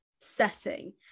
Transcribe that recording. setting